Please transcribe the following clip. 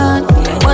one